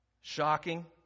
shocking